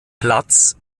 platz